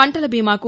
పంటల బీమాకు